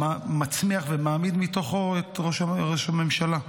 גם מצמיח ומעמיד מתוכו את ראש הממשלה.